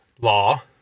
law